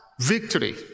Victory